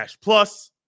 Plus